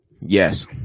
yes